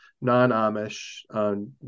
non-Amish